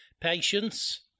patience